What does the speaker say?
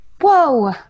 whoa